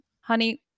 honey